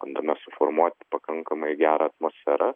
bandome suformuot pakankamai gerą atmosferą